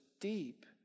deep